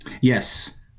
Yes